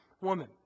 woman